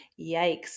Yikes